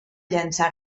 llançar